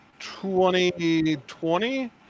2020